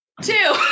Two